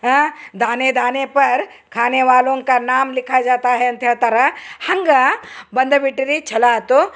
ದಾನೆ ದಾನೆ ಪ ಯಾರ್ ಖಾನೆ ವಾಲೋಂಕ ನಾಮ್ ಲಿಖಾ ಜಾತಾ ಹೆ ಅಂತ ಹೇಳ್ತಾರೆ ಹಾಗಾ ಬಂದೇ ಬಿಟ್ಟಿರಿ ಛಲೊ ಆತು